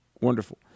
wonderful